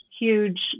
huge